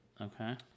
Okay